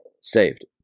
saved